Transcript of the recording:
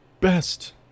best